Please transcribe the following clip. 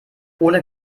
ohne